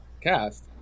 cast